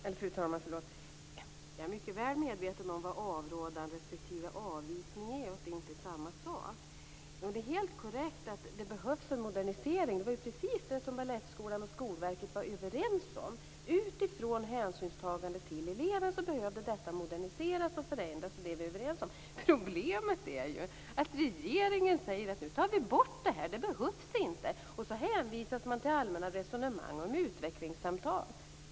Fru talman! Jag är mycket väl medveten om vad avrådan respektive avvisning är, alltså att avrådan och avvisning inte är samma sak. Det är helt korrekt att det behövs en modernisering. Det är ju precis vad Balettskolan och Skolverket var överens om - utifrån hänsynen till eleven behövde detta moderniseras och förändras. Det är vi överens om. Problemet är att regeringen säger: Nu tar vi bort det här, för det behövs inte. Sedan hänvisas man till allmänna resonemang om utvecklingssamtal.